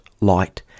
light